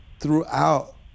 throughout